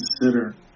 consider